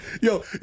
Yo